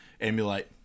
emulate